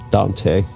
Dante